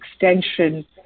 extension